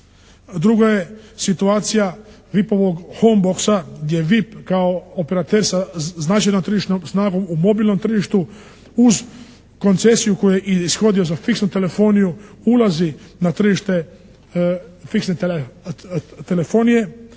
Drugo je situacija VIP-ovog "homeboxa" gdje VIP kao operater sa značajnom tržišnom snagom u mobilnom tržištu uz koncesiju koju je ishodio za fiksnu telefoniju ulazi na tržište fiksne telefonije.